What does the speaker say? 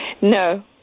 No